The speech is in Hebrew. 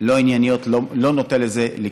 לא ענייניות, לא נותן לזה לקרות.